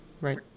Right